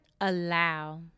allow